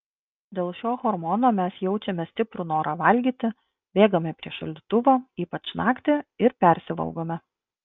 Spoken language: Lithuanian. dėl šio hormono mes jaučiame stiprų norą valgyti bėgame prie šaldytuvo ypač naktį ir persivalgome